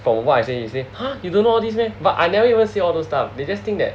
for what I say he say !huh! you don't know all this meh but I never even say all those stuff they just think that